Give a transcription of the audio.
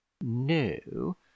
no